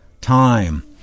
time